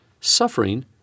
suffering